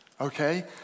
okay